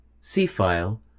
C-File